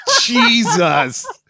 jesus